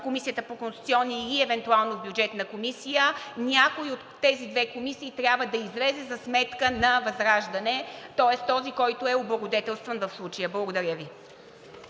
Комисията по конституционни и правни въпроси и евентуално Бюджетна комисия, някой от тези две комисии трябва да излезе за сметка на ВЪЗРАЖДАНЕ. Тоест този, който е облагодетелстван в случая. Благодаря Ви.